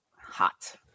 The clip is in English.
Hot